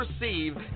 receive